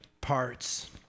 parts